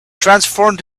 transformed